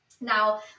Now